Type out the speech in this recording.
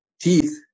teeth